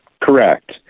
Correct